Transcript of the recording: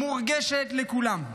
מורגשת לכולם.